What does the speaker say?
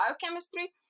biochemistry